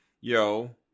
Yo